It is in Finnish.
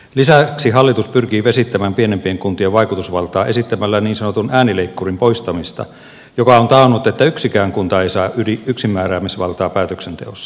lisäksi hallitus pyrkii vesittämään pienempien kuntien vaikutusvaltaa esittämällä niin sanotun äänileikkurin poistamista joka on taannut että yksikään kunta ei saa yksinmääräämisvaltaa päätöksenteossa